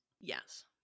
Yes